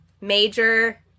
major